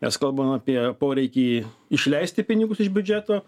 mes kalbam apie poreikį išleisti pinigus iš biudžeto